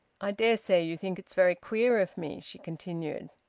i dare say you think it's very queer of me, she continued.